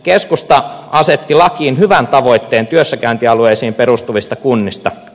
keskusta asetti lakiin hyvän tavoitteen työssäkäyntialueisiin perustuvista kunnista